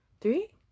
three